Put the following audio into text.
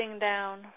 down